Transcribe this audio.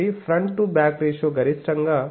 కాబట్టి front to back ratio గరిష్టంగా 15